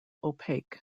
opaque